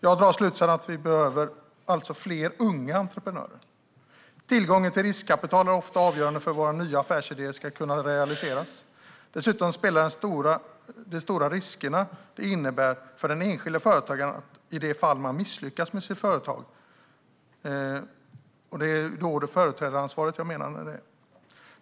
Jag drar slutsatsen att vi alltså behöver fler unga entreprenörer. Tillgången till riskkapital är ofta avgörande för om nya affärsidéer ska kunna realiseras. Dessutom spelar de stora risker det innebär för den enskilda företagaren, i det fall man misslyckas med sitt företag, in. Det är företrädaransvaret jag menar.